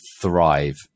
thrive